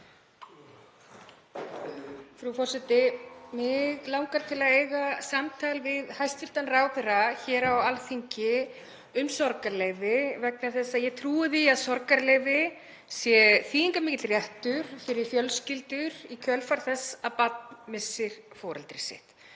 Frú forseti. Mig langar til að eiga samtal við hæstv. ráðherra hér á Alþingi um sorgarleyfi vegna þess að ég trúi því að sorgarleyfi sé þýðingarmikill réttur fyrir fjölskyldur í kjölfar þess að barn missir foreldri sitt